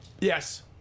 Yes